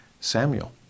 Samuel